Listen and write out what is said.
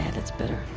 that's better.